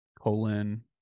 colon